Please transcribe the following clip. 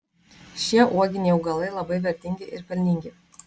šie uoginiai augalai labai vertingi ir pelningi